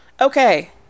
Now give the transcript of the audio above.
Okay